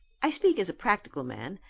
i speak as a practical man,